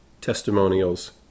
testimonials